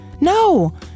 No